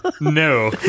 No